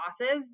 losses